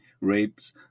rapes